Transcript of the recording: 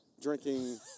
Drinking